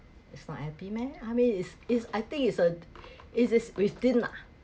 it;s not a happy meh I mean is is I think is uh it is within ah